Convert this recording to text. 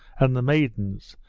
and the maidens,